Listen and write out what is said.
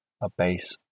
abase